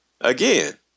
Again